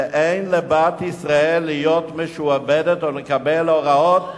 ואין לבת ישראל להיות משועבדת או לקבל הוראות,